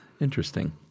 Interesting